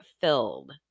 filled